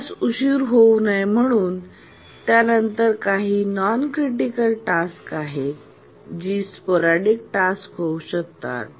यास उशीर होऊ नये परंतु त्यानंतर काही नॉन क्रिटिकल टास्क आहेत जी स्पोरॅडीकटास्क होऊ शकतात